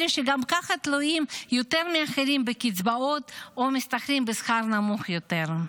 אלה שגם ככה תלויים יותר מאחרים בקצבאות או משתכרים בשכר נמוך יותר.